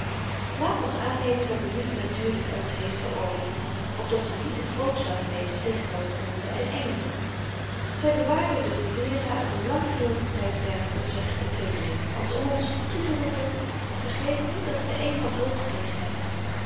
laat ons aannemen dat de lieve natuur dit aldus heeft verordend opdat we niet te grootsch zouden wezen tegenover honden en engelen zy bewaarde de rudera uit n lang verloopen tydperk onzer ontwikkeling als om ons toeteroepen vergeet niet dat ge eenmaal zoo geweest zyt